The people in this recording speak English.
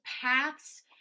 paths